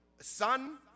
son